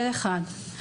זה אחד.